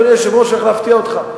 אני, אדוני היושב-ראש, הולך להפתיע אותך.